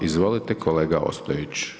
Izvolite kolega Ostojić.